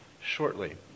shortly